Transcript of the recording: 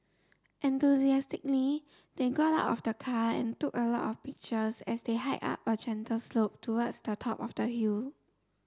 enthusiastically they got out of the car and took a lot of pictures as they hiked up a gentle slope towards the top of the hill